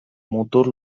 mutur